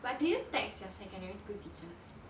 but did you text your secondary school teachers